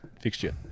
fixture